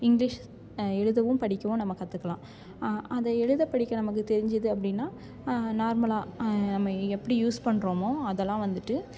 English எழுதவும் படிக்கவும் நம்ம கற்றுக்கலாம் அதை எழுத படிக்க நமக்கு தெரிஞ்சது அப்படினா நார்மலாக நம்ம எப்படி யூஸ் பண்ணுறோமோ அதெல்லாம் வந்துட்டு